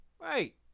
Right